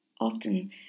Often